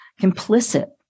complicit